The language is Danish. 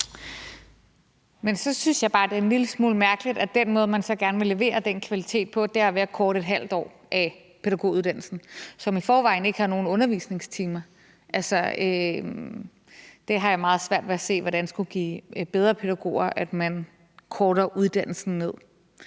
at den måde, man så gerne vil levere den kvalitet på, er ved at korte ½ år af pædagoguddannelsen, som i forvejen ikke har nogen undervisningstimer. Altså, jeg har meget svært ved at se, hvordan det skulle give bedre pædagoger, at man korter uddannelsen ned.